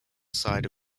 side